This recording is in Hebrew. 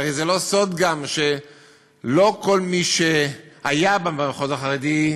כי הרי זה גם לא סוד שלא כל מי שהיה במחוז החרדי,